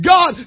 God